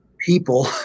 people